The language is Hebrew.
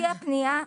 הגיעה פנייה.